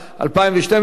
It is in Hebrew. מי נגד?